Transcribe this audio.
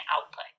output